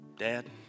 Dad